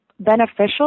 beneficial